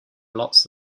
lots